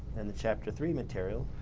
and the chapter three material,